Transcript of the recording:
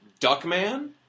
Duckman